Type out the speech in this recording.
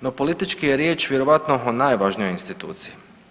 no politički je riječ vjerojatno o najvažnijoj instituciji.